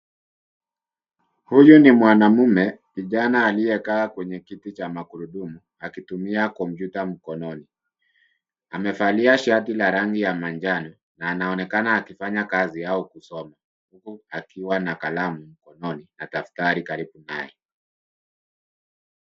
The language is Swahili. Huyu ni mwanaume, kijana aliyekaa kwenye kiti cha magurudumu akitumia kompyuta mkononi ,amevalia shati la rangi ya manjano na anaonekana akifanya kazi au kusoma akiwa na kalamu na daftari karibu naye.